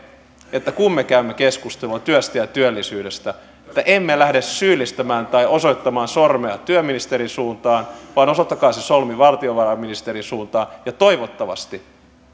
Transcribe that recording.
että kun me käymme keskustelua työstä ja ja työllisyydestä me emme lähde syyllistämään tai osoittamaan sormea työministerin suuntaan vaan osoittakaa se sormi valtiovarainministerin suuntaan ja toivottavasti